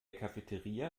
cafeteria